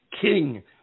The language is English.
king